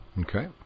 Okay